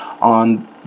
on